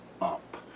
up